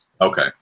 Okay